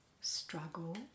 struggle